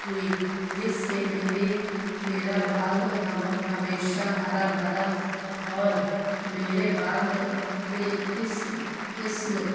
ہوئی جس سے میرے میرا باغ ہمیشہ ہرا بھرا اور میرے باغ میں اس قسم